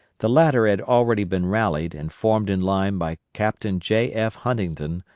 the latter had already been rallied and formed in line by captain j. f. huntington,